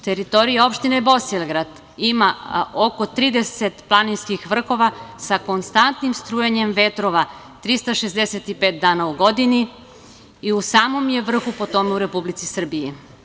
Teritorija opštine Bosilegrad ima oko 30 planinskih vrhova sa konstantnim strujanjem vetrova 365 dana u godini i u samom je vrhu po tome u Republici Srbiji.